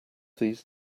these